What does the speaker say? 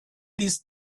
these